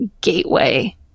gateway